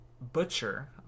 Butcher